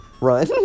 Run